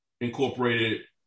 incorporated